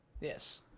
Yes